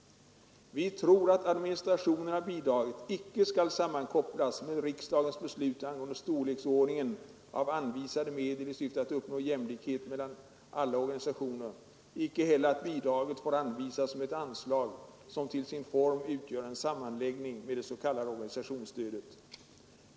Vi tror att administrationen av bidraget icke skall sammankopplas med Riksdagens beslut angående storleksordningen av anvisade medel i syfte att uppnå jämlikhet mellan alla organisationer, icke heller att bidraget får anvisas som ett anslag som till sin form utgör en sammanläggning med det s.k. organisationsstödet.